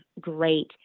great